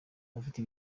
abafite